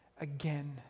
again